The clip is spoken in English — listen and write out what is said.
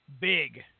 big